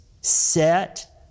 set